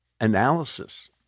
analysis